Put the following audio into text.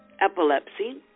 epilepsy